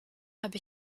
habe